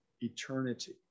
eternity